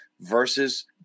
versus